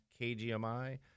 kgmi